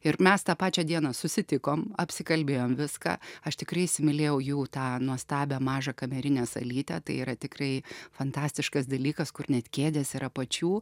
ir mes tą pačią dieną susitikom apsikalbėjom viską aš tikrai įsimylėjau jų tą nuostabią mažą kamerinę salytę tai yra tikrai fantastiškas dalykas kur net kėdės yra pačių